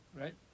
right